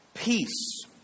Peace